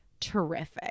terrific